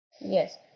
Yes